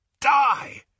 die